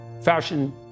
fashion